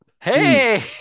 Hey